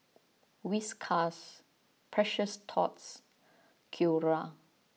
Whiskas Precious Thots Acura